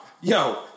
Yo